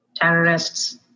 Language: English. Terrorists